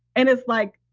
and it's like,